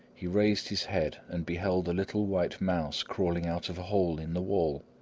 he raised his head and beheld a little white mouse crawling out of a hole in the wall.